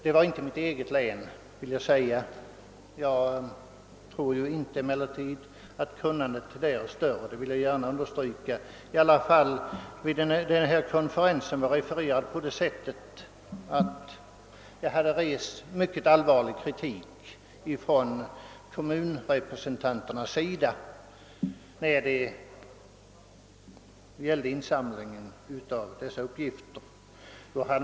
Det var inte i mitt eget län som denna konferens hölls, men jag vill gärna understryka att jag inte tror att kunnandet där är större. Vid denna konferens hade det riktats en mycket allvarlig kritik från kommunrepresentanternas sida när det gäller insamlingen av dessa uppgifter.